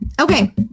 Okay